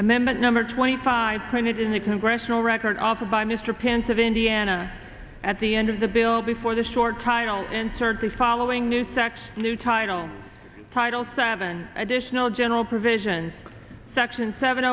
and then that number twenty five printed in the congressional record offered by mr pence of indiana at the end of the bill before the short time and insert the following new sex new title title seven additional general provisions section seven